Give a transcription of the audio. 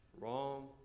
Wrong